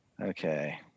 Okay